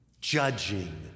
judging